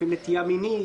נטייה מינית,